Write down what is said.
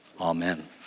Amen